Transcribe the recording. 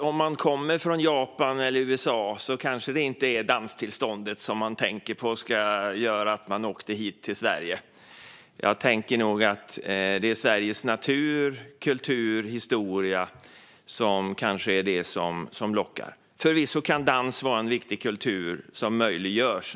Om man kommer från Japan eller USA är det kanske inte danstillståndet som gör att man åker till Sverige. Det är nog Sveriges natur, kultur och historia som lockar. Förvisso kan dans vara en viktig del av kulturen som nu möjliggörs.